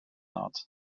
out